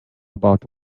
about